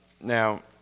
Now